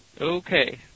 Okay